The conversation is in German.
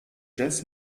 jazz